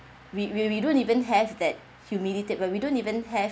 we we we don't even have that humiliated and we don't even have